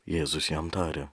jėzus jam tarė